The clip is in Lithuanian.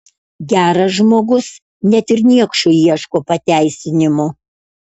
geras žmogus net ir niekšui ieško pateisinimų